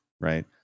right